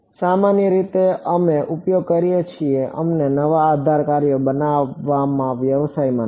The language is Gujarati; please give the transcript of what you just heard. સામાન્ય રીતે અમે ઉપયોગ કરીએ છીએ અમે નવા આધાર કાર્યો બનાવવાના વ્યવસાયમાં નથી